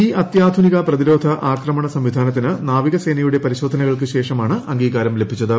ഈ അത്യാധുനിക പ്രതിരേറ്റ്യെട്ആക്രമണ സംവിധാനത്തിന് നാവിക സേനയുടെ പരിശോധനക്കൾക്ക് ശേഷമാണ് അംഗീകാരം ലഭിച്ചത്